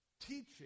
teaching